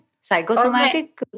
Psychosomatic